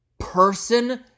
person